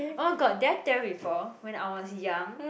oh my god did I tell you before when I was young